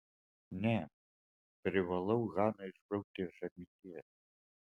ne privalau haną išbraukti iš atminties